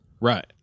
Right